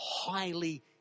highly